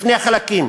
בפני החלקים